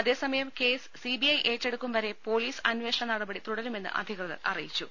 അതേസ മയം കേസ് സിബിഐ ഏറ്റെടുക്കും വരെ പൊലീസ് അന്വേഷണ നടപടി തുടരുമെന്ന് അധികൃതർ അറിയിച്ചു